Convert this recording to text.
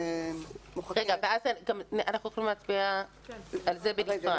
רגע, ואז אנחנו יכולים להצביע על זה בנפרד?